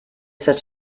such